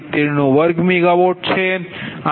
001Pg2 702MW છે